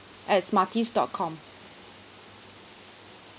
at smarties dot com